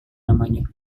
namanya